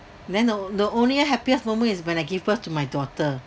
then the the only happiest moment is when I gave birth to my daughter